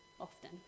often